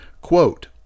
Quote